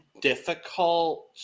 difficult